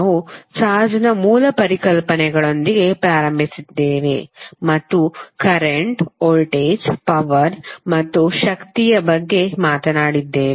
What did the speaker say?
ನಾವು ಚಾರ್ಜ್ನ ಮೂಲ ಪರಿಕಲ್ಪನೆಗಳೊಂದಿಗೆ ಪ್ರಾರಂಭಿಸಿದ್ದೇವೆ ಮತ್ತು ನಂತರ ಕರೆಂಟ್ ವೋಲ್ಟೇಜ್ ಪವರ್ ಮತ್ತು ಶಕ್ತಿಯ ಬಗ್ಗೆ ಮಾತನಾಡಿದ್ದೇವೆ